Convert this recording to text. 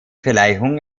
verleihung